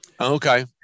Okay